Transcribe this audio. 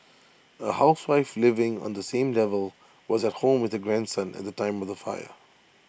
A housewife living on the same level was at home with her grandson at the time of the fire